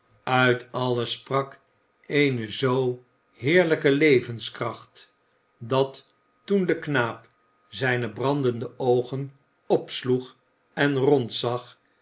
uit alles sprak eene zoo heerlijke levenskracht dat toen de knaap zijne brandende oogen opsloeg en rondzag